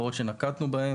שנקטנו בהן,